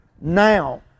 now